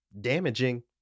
damaging